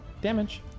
damage